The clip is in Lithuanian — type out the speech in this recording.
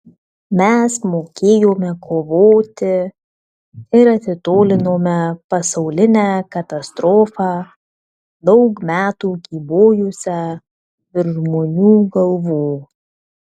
mes mokėjome kovoti ir atitolinome pasaulinę katastrofą daug metų kybojusią virš žmonių galvų